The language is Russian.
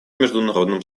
международном